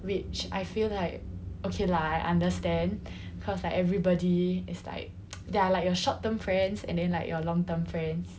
which I feel like okay lah I understand cause like everybody is like there are like your short term friends and then like your long term friends